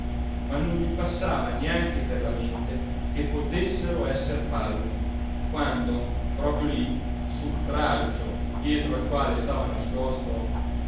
ma non gli passava neanche per la mente che potessero esser palle quando proprio lí sul tralcio dietro al quale stava nascosto